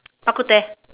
bak-kut-teh